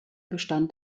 bestand